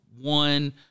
one